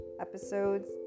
Episodes